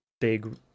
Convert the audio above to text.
big